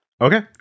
Okay